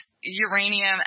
uranium